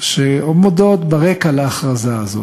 שעומדות ברקע להכרזה הזאת.